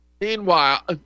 Meanwhile